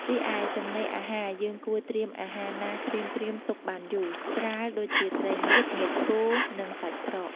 រីឯចំណីអាហារយើងគួរត្រៀមអាហារណាក្រៀមៗទុកបានយូរ ស្រាលដូចជាត្រីងៀត ងៀតគោ និងសាច់ក្រក។